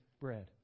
bread